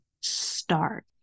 start